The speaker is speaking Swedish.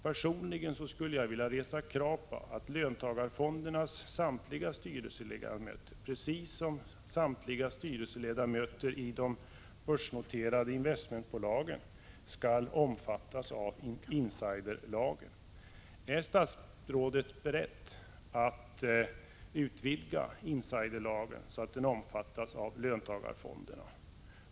Personligen skulle jag vilja resa krav på att löntagarfondernas samtliga styrelseledamöter, precis som samtliga styrelseledamöter i de börsnoterade investmentbolagen, skall omfattas av insiderlagen. Är statsrådet beredd att utvidga insiderlagen till att omfatta löntagarfonderna?